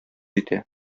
итә